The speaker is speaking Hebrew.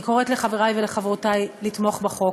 אני קוראת לחברי ולחברותי לתמוך בחוק.